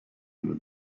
under